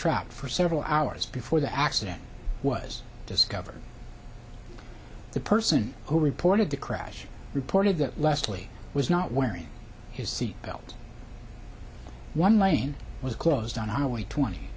trapped for several hours before the accident was discovered the person who reported the crash reported that leslie was not wearing his seat belt one lane was closed on our way twenty